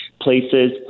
places